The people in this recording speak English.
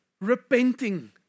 repenting